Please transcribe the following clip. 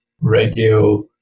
radio